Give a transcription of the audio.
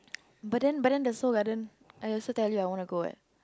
but then but then the Seoul-Garden I also tell you I want to go what